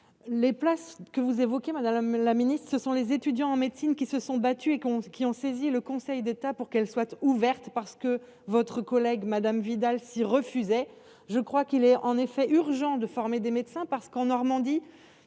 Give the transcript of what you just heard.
les places que vous évoquiez, Madame la Ministre, ce sont les étudiants en médecine qui se sont battus et qu'on s'qui ont saisi le Conseil d'État pour qu'elle soit ouverte parce que votre collègue, Madame Vidal s'y refusait, je crois qu'il est en effet urgent de former des médecins, parce qu'en Normandie